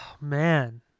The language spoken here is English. man